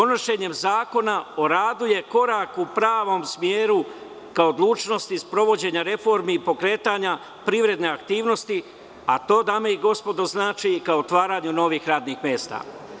Donošenje Zakona o radu je korak u pravom smeru ka odlučnosti sprovođenja reformi i pokretanja privredne aktivnosti, a to, dame i gospodo, znači ka otvaranju novih radnih mesta.